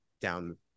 down